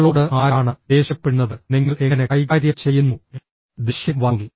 നിങ്ങളോട് ആരാണ് ദേഷ്യപ്പെടുന്നത് നിങ്ങൾ എങ്ങനെ കൈകാര്യം ചെയ്യുന്നു ദേഷ്യം വന്നു